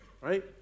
Right